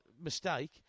mistake